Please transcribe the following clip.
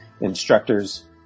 Instructors